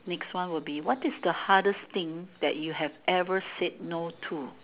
next one would be what is the hardest thing that you had ever said no to